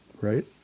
Right